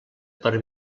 per